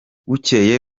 bukeye